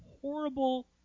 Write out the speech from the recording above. horrible